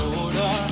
order